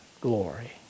glory